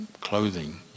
clothing